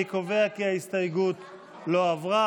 אני קובע כי ההסתייגות לא עברה.